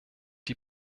die